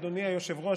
אדוני היושב-ראש,